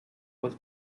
was